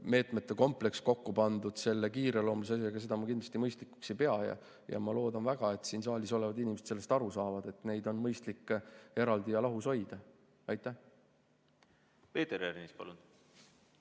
meetmete kompleks kokku pandud, selle kiireloomulise asjaga, ma kindlasti mõistlikuks ei pea. Ma loodan väga, et siin saalis olevad inimesed saavad sellest aru, et neid asju on mõistlik eraldi ja lahus hoida. Aitäh!